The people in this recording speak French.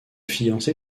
fiancé